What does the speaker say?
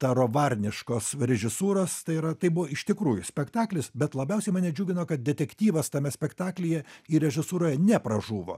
taro varniškos režisūros tai yra tai buvo iš tikrųjų spektaklis bet labiausiai mane džiugino kad detektyvas tame spektaklyje ir režisūroje nepražuvo